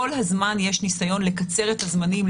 כל הזמן יש ניסיון לקצר את הזמנים,